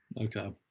okay